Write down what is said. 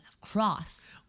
cross